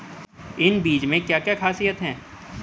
इन बीज में क्या क्या ख़ासियत है?